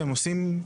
והם עושים,